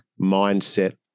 mindset